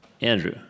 Andrew